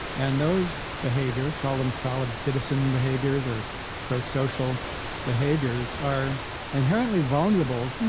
and those behaviors, call them solid citizen behaviors or pro-social behaviors, are inherently vulnerable.